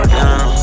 down